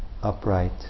upright